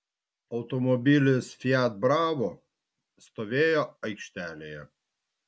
automobilis fiat bravo stovėjo aikštelėje